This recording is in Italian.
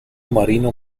marino